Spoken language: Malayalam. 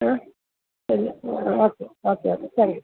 ആ ശരി ആ ഓക്കേ ഓക്കേ ഓക്കേ ശരി